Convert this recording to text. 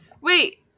Wait